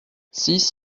six